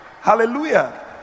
Hallelujah